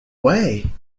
way